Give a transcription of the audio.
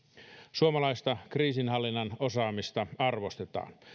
suomalaista kriisinhallinnan osaamista arvostetaan